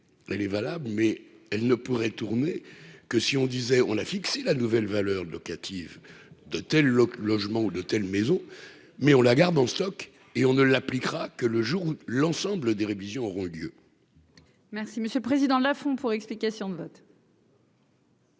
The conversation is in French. elle est valable, mais elle ne pourrait tourner que si on disait on a fixé la nouvelle valeur locative de tels le logement ou de telle maison mais on la garde en stock et on ne l'appliquera que le jour où l'ensemble des révisions auront lieu. Merci monsieur le président, la font pour explication de vote.